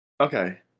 Okay